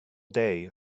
day